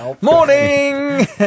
Morning